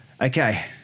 Okay